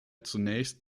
zunächst